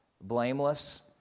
blameless